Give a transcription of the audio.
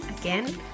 Again